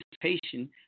participation